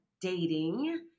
dating